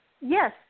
Yes